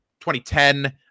2010